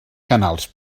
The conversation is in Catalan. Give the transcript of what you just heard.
canals